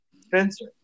Spencer